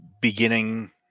beginning